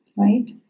Right